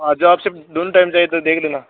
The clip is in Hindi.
आज आपसे दोनो टाइम चाहिए तो देख लेना